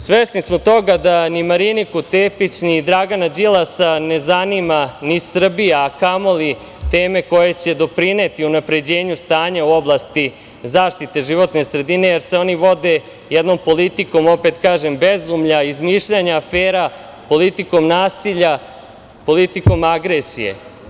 Svesni smo toga da ni Mariniku Tepić, ni Dragana Đilasa ne zanima ni Srbija, a kamoli teme koje će doprineti unapređenju stanja u oblasti zaštite životne sredine, jer se oni vode jednom politikom opet kažem, bezumlja, izmišljanja afera, politikom nasilja, politikom agresije.